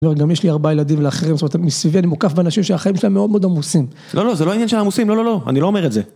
לא, גם יש לי ארבעה ילדים לאחרים, זאת אומרת מסביבי אני מוקף באנשים שהחיים שלהם מאוד מאוד עמוסים. לא, לא, זה לא עניין של עמוסים, לא, לא, לא, אני לא אומר את זה.